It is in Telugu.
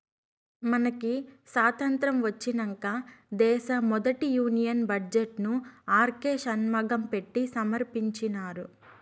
మనకి సాతంత్రం ఒచ్చినంక దేశ మొదటి యూనియన్ బడ్జెట్ ను ఆర్కే షన్మగం పెట్టి సమర్పించినారు